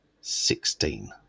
Sixteen